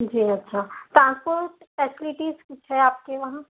جی اچھا transport facilities کچھ ہے آپ کے وہاں